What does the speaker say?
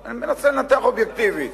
אני מנסה לנתח אובייקטיבית